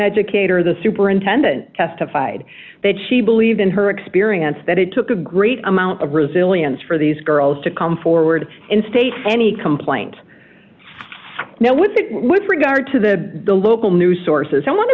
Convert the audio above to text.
educator the superintendent testified that she believed in her experience that it took a great amount of resilience for these girls to come forward in states any complaint now with it with regard to the local news sources i want to